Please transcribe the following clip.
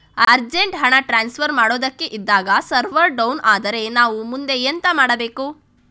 Urgent ಹಣ transfer ಮಾಡೋದಕ್ಕೆ ಇದ್ದಾಗ ಸರ್ವರ್ ಡೌನ್ ಆದರೆ ನಾವು ಮುಂದೆ ಎಂತ ಮಾಡಬೇಕು?